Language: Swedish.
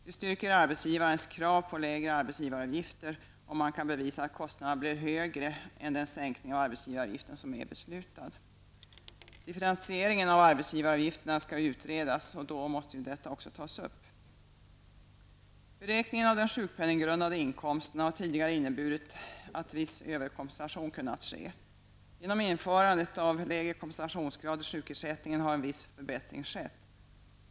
Det styrker arbetsgivarens krav på lägre arbetsgivaravgifter om han kan bevisa att kostnaderna blir högre än den sänkning av arbetsgivaravgiften som är beslutad. Differentiering av arbetsgivaravgifterna skall ju utredas, och då måste detta också tas upp. Beräkningen av den sjukpenninggrundande inkomsten har tidigare inneburit att viss överkompensation kunnat ske. Genom införandet av lägre kompensationsgrad i sjukersättnignen har en viss förbättring skett.